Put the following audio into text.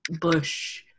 Bush